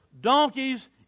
donkeys